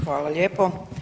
Hvala lijepo.